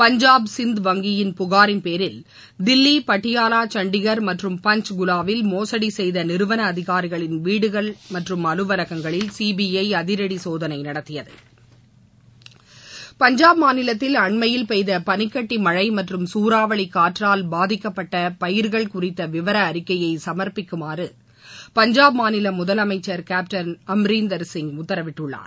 பஞ்சாட் சிந்து வங்கியின் புகாரின் பேரில் தில்லி பாட்டியாலா சண்டிகர் மற்றும் பஞ்ச்குவாவில் மோசடி செய்த நிறுவன அதிகாரிகளின் வீடுகள் மற்றும் அலுவலகங்களில் சிபிஜ அதிரடி சோதனை நடத்தியது பஞ்சாப் மாநிலத்தில் அண்மையில் பெய்த பனிக்கட்டி மழை மற்றும் சூறாவளி காற்றால் பாதிக்கப்பட்ட பயிர்கள் குறித்த விவர அறிக்கையை சமர்ப்பிக்குமாறு பஞ்சாப் மாநில முதலமைச்சர் கேட்டன் அமரிந்தர்சிங் உத்தரவிட்டுள்ளார்